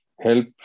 help